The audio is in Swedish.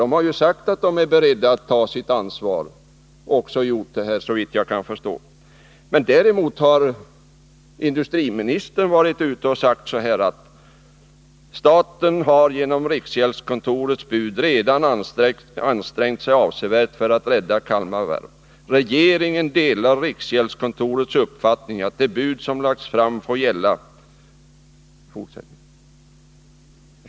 De har ju sagt att de är beredda att ta sitt ansvar — och man har också gjort det, såvitt jag kan 39 förstå. Däremot har industriministern sagt att staten genom riksgäldskontorets bud redan har ansträngt sig avsevärt för att rädda Kalmar Varv. Regeringen delar riksgäldskontorets uppfattning att det bud som lagts fram får gälla.